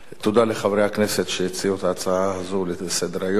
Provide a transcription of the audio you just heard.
תודה לחברי הכנסת שהציעו את ההצעה הזאת לסדר-היום.